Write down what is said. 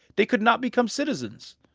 they could not become citizens.